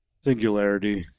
Singularity